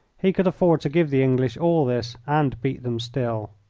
he could afford to give the english all this and beat them still.